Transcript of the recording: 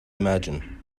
imagine